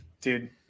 Dude